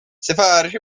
سفارش